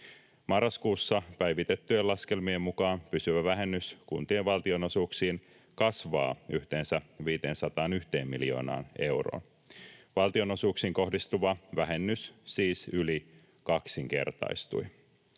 Marraskuussa päivitettyjen laskelmien mukaan pysyvä vähennys kuntien valtionosuuksiin kasvaa yhteensä 501 miljoonaan euroon. Valtionosuuksiin kohdistuva vähennys siis yli kaksinkertaistui.